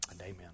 Amen